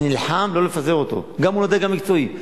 אני נלחם לא לפזר אותו גם מול הדרג המקצועי.